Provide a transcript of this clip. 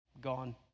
gone